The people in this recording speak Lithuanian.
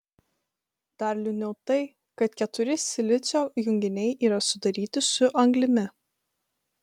dar liūdniau tai kad keturi silicio junginiai yra sudaryti su anglimi